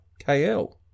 KL